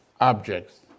objects